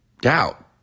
doubt